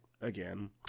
again